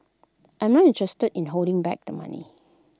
I'm not interested in holding back the money